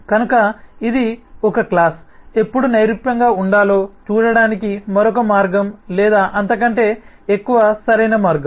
కనుక ఇది ఒకక్లాస్ ఎప్పుడు నైరూప్యంగా ఉండాలో చూడటానికి మరొక మార్గం లేదా అంతకంటే ఎక్కువ సరైన మార్గం